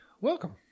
welcome